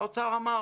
האוצר אמר: